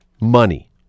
money